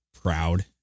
proud